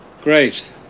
Great